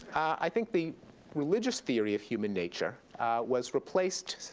i think the religious theory of human nature was replaced